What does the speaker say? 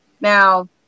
Now